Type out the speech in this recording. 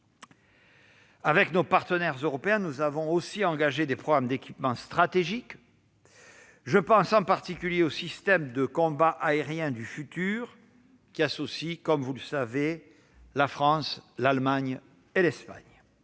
Avec nos partenaires européens, nous avons aussi lancé des programmes d'équipements stratégiques. Je pense en particulier au système de combat aérien du futur, qui associe la France, l'Allemagne et l'Espagne.